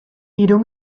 hiru